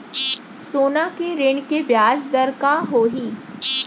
सोना के ऋण के ब्याज दर का होही?